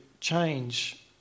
change